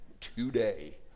Today